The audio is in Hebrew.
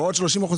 30%?